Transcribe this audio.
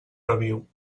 reviu